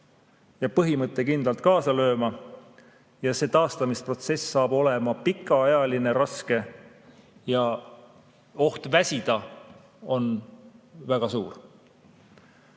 ja põhimõttekindlalt kaasa lööma. Ja taastamisprotsess saab olema pikaajaline, raske ja oht väsida on väga suur.